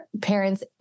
parents